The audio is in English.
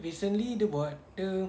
recently dia buat dia